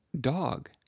dog